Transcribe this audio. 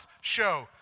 show